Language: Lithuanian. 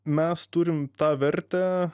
mes turim tą vertę